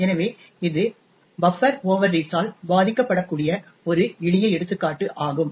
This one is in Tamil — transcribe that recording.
எனவே இது பஃப்பர் ஓவர்ரீட்ஸ் ஆல் பாதிக்கப்படக்கூடிய ஒரு எளிய எடுத்துக்காட்டு ஆகும்